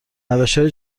روشهای